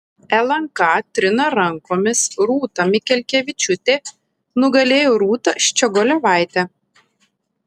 lnk trina rankomis rūta mikelkevičiūtė nugalėjo rūtą ščiogolevaitę